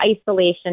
isolation